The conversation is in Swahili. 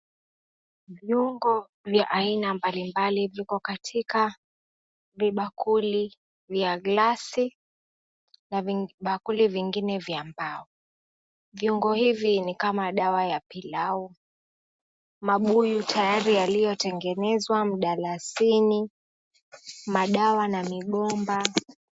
Viungo vya aina mbalimbali viko katika vibakuli vya glasi na vibakuli vingine vya mbao. Viungo hivi ni kama dawa ya pilau. Mabuyu tayari yaliyotengenezwa mdalasini, madawa na migomba.